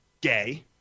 Gay